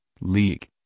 leak